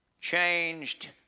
changed